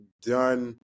done